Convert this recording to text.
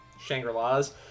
Shangri-Las